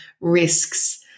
risks